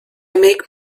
make